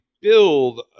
build